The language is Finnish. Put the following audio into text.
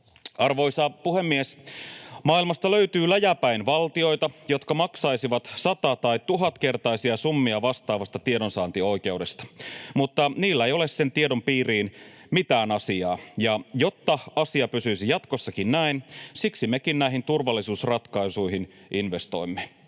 Arvoisa puhemies! Maailmasta löytyy läjäpäin valtioita, jotka maksaisivat sata- tai tuhatkertaisia summia vastaavasta tiedonsaantioikeudesta, mutta niillä ei ole sen tiedon piiriin mitään asiaa, ja jotta asia pysyisi jatkossakin näin, siksi mekin näihin turvallisuusratkaisuihin investoimme.